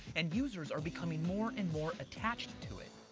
and users are becoming more and more attached to it.